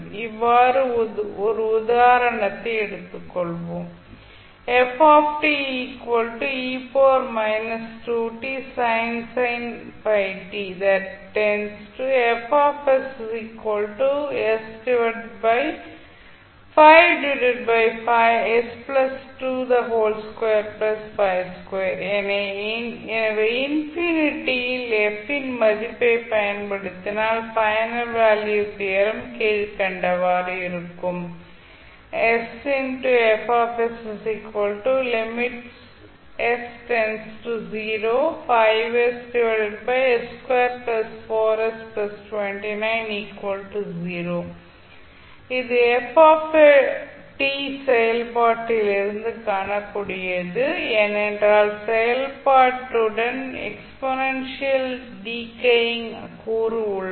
இப்போது ஒரு உதாரணத்தை எடுத்துக்கொள்வோம் எனவே இன்ஃபினிட்டி யில் f இன் மதிப்பைப் பயன்படுத்தினால் பைனல் வேல்யூ தியரம் கீழ்கண்டவாறு இருக்கும் இது f செயல்பாட்டிலிருந்து காணக்கூடியது ஏனென்றால் செயல்பாட்டுடன் எக்ஸ்பொனென்ஷியலி டீகேயிங் கூறு உள்ளது